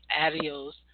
Adios